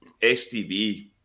STV